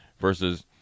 versus